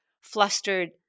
flustered